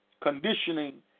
conditioning